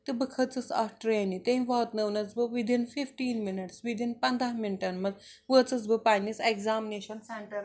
تہٕ بہٕ کھٔژِٕس اَتھ ٹرٛیٚنہِ تٔمۍ واتنٲونَس بہٕ وِداِن فِفٹیٖن مِنٹٕس وِداِن پنٛداہ مِنٹن منٛز وٲژٕس بہٕ پنٕنِس ایٚکزامنیشن سینٛٹرس پٮ۪ٹھ